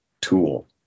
tool